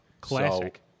Classic